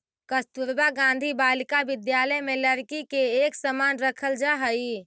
कस्तूरबा गांधी बालिका विद्यालय में लड़की के एक समान रखल जा हइ